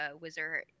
wizard